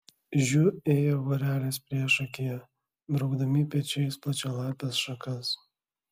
žiu ėjo vorelės priešakyje braukdami pečiais plačialapes šakas